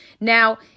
Now